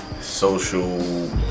social